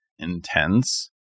Intense